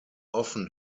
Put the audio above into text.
often